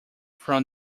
from